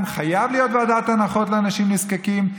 חייבת להיות ועדת הנחות לאנשים נזקקים,